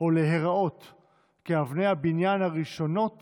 כאבני הבניין הראשונות